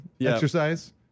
exercise